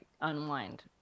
unwind